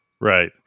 Right